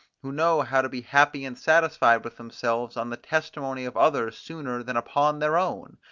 who know how to be happy and satisfied with themselves on the testimony of others sooner than upon their own.